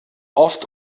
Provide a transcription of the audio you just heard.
oft